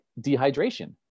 dehydration